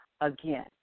again